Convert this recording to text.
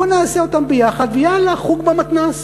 בואו נעשה אותם ביחד, ויאללה, חוג במתנ"ס.